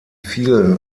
vielen